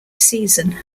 season